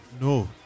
No